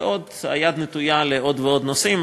ועוד היד נטויה לעוד ועוד נושאים,